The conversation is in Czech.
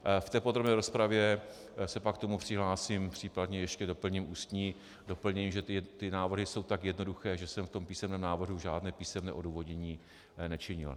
V podrobné rozpravě se pak k tomu přihlásím, případně ještě doplním ústní doplnění, protože ty návrhy jsou tak jednoduché, že jsem v tom písemném návrhu žádné písemné odůvodnění nečinil.